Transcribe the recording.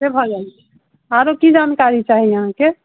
से भऽ जाइ छै आओरो की जानकारी चाही अहाँके